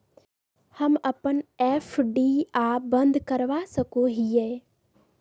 हम अप्पन एफ.डी आ बंद करवा सको हियै